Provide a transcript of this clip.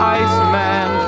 iceman